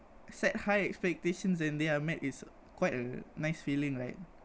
set high expectations and they are met it's quite a nice feeling right